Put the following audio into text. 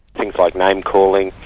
things like name-calling,